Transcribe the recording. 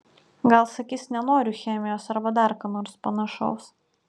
gal sakys nenoriu chemijos arba dar ką nors panašaus